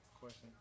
question